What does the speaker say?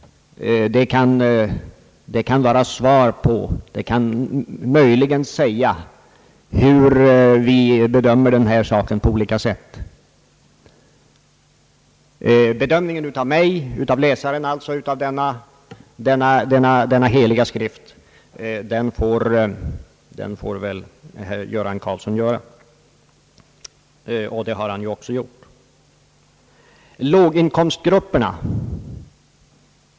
Det kan möjligen vara förklaringen till att vi bedömer den här saken på olika sätt. Bedömningen av mig såsom läsare av Ang. hyreslagstiftningen denna »heliga skrift» får väl herr Göran Karlsson göra precis som han vill. Så några ord om låginkomstgrupperna.